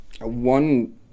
one